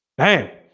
hey